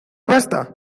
basta